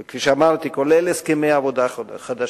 וכפי שאמרתי, כולל הסכמי עבודה חדשים,